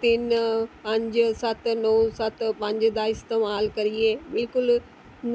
तिन्न पंज सत्त नौ सत्त पंज दा इस्तेमाल करियै बिल्कुल